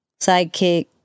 sidekick